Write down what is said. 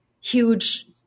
huge